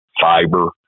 fiber